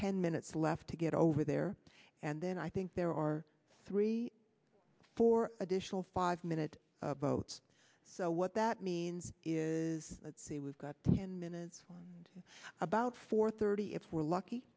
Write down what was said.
ten minutes left to get over there and then i think there are three or four additional five minute votes so what that means is let's say we've got ten minutes and about four thirty if we're lucky